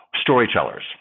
storytellers